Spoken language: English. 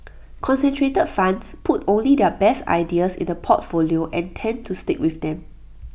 concentrated funds put only their best ideas into the portfolio and tend to stick with them